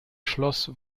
schloss